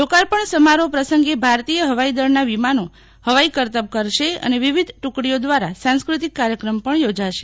લોકાર્પણ સમારોહ પ્રસંગે ભારતીય હવાઈ દળના વિમાનો હવાઈ કરતબ કરશે અને વિવિધ ટુકડીઓ દ્વારા સાંસ્કૃતિક કાર્યક્રમ પણ યોજાશે